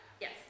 Yes